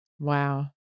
Wow